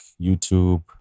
YouTube